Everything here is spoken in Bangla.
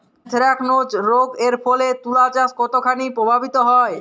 এ্যানথ্রাকনোজ রোগ এর ফলে তুলাচাষ কতখানি প্রভাবিত হয়?